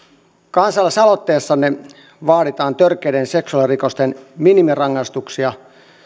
kansalaisaloitteessanne vaaditaan törkeiden seksuaalirikosten minimirangaistukseksi